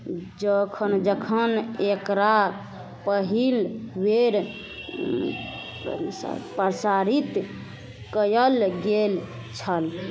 जखन एकरा पहिल वेर प्रसारित कयल गेल छल